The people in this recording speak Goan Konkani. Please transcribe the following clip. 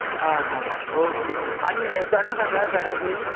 आं हां ओके आनी चणक आसा चणक